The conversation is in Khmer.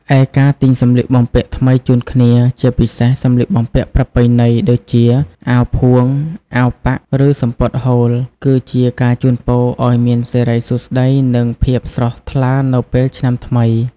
ឯការទិញសម្លៀកបំពាក់ថ្មីជូនគ្នា ជាពិសេសសម្លៀកបំពាក់ប្រពៃណីដូចជា អាវផួង អាវប៉ាក់ ឬសំពត់ហូល គឺជាការជូនពរឱ្យមានសិរីសួស្តី និងភាពស្រស់ថ្លានៅពេលឆ្នាំថ្មី។